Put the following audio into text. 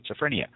Schizophrenia